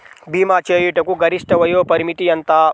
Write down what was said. భీమా చేయుటకు గరిష్ట వయోపరిమితి ఎంత?